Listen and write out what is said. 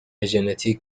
ژنتیک